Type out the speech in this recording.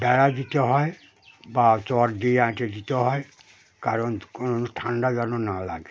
বেড়া দিতে হয় বা চট দিয়ে এঁটে দিতে হয় কারণ কোনো ঠান্ডা যেন না লাগে